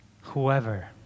Whoever